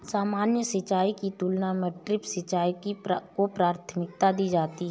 सामान्य सिंचाई की तुलना में ड्रिप सिंचाई को प्राथमिकता दी जाती है